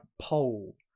pole